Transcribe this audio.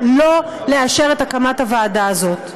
שלא לאשר את הקמת הוועדה הזאת.